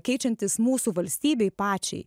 keičiantis mūsų valstybei pačiai